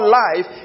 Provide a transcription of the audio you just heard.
life